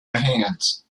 hands